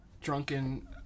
drunken